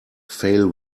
fail